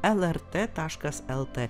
el er tė taškas el tė